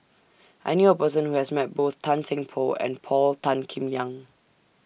I knew A Person Who has Met Both Tan Seng Poh and Paul Tan Kim Liang